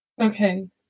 Okay